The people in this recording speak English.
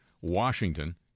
Washington